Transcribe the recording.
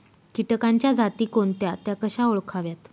किटकांच्या जाती कोणत्या? त्या कशा ओळखाव्यात?